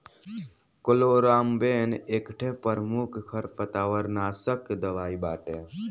chloramben एकठे प्रमुख खरपतवारनाशक दवाई बाटे